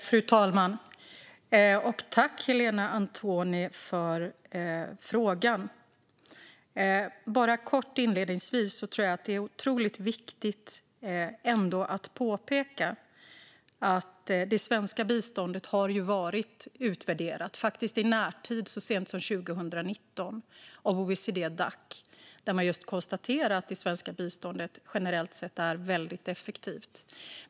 Fru talman! Jag tackar Helena Antoni för frågan. Det är viktigt att påpeka att det svenska biståndet har utvärderats i närtid av OECD-Dac, faktiskt så sent som 2019, och att man då konstaterade att det svenska biståndet generellt sett är väldigt effektivt.